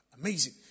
Amazing